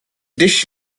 dish